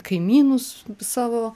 kaimynus savo